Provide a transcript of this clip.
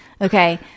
Okay